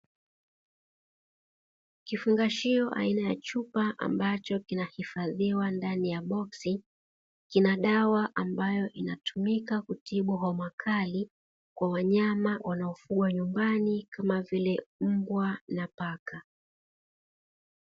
Kifungashio aina ya chupa ambacho kinahifadhiwa ndani ya boksi, kina dawa ambayo inatumika kutibu homa kali kwa wanyama wanaofungwa nyumbani kama vile, mbwa na paka.